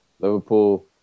Liverpool